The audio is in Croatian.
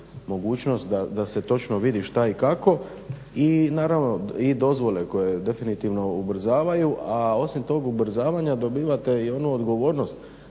mogućnost da se točno vidi šta i kako. I naravno dozvole koje definitivno ubrzavaju. A osim toga ubrzavanja dobivate i onu odgovornosti.